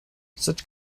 such